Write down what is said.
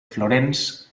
florence